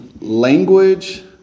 Language